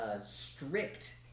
strict